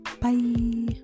bye